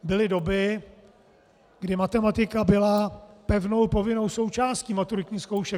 Byly doby, kdy matematika byla pevnou, povinnou součástí maturitních zkoušek.